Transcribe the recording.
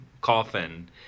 coffin